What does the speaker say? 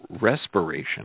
respiration